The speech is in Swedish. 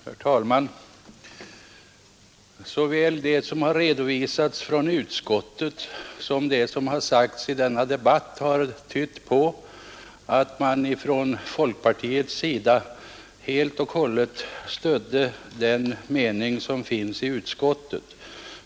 Herr talman! Såväl det som har redovisats från utskottet som det som har sagts i denna debatt kan tydas så att man från folkpartiets sida helt och hållet stöder den mening som finns i utskottets betänkande.